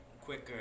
quicker